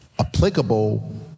applicable